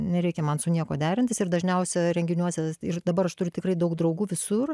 nereikia man su niekuo derintis ir dažniausia renginiuose ir dabar aš turiu tikrai daug draugų visur